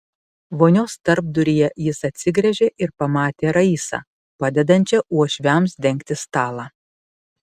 vonios tarpduryje jis atsigręžė ir pamatė raisą padedančią uošviams dengti stalą